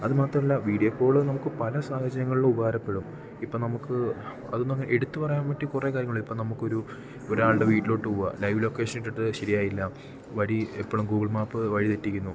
അത് മാത്രമല്ല video call നമുക്ക് പല സാഹചര്യങ്ങളിലും ഉപകാരപ്പെടും ഇപ്പം നമുക്ക് അത് എന്നു പറഞ്ഞാൽ എടുത്ത് പറയാൻ പറ്റിയ കുറേ കാര്യങ്ങൾ ഇപ്പം നമുക്ക് ഒരു ഒരാളുടെ വീട്ടിലോട്ട് പോവാൻ ലൈവ് ലൊക്കേഷൻ ഇട്ടിട്ട് ശരിയായില്ല വഴി എപ്പോഴും ഗൂഗിൾ മാപ്പ് വഴി തെറ്റിക്കുന്നു